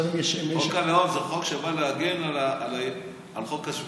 חוק הלאום זה חוק שבא להגן על חוק השבות.